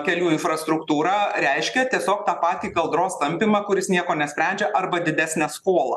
kelių infrastruktūrą reiškia tiesiog tą patį kaldros tampymą kuris nieko nesprendžia arba didesnę skolą